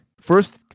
first